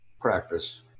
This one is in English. practice